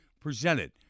presented